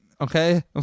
okay